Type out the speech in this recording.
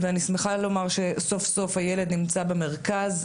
ואני שמחה לומר שסוף סוף הילד נמצא במרכז,